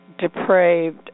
depraved